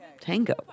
tango